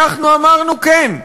אנחנו אמרנו: כן,